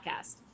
podcast